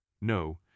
No